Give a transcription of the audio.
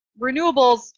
renewables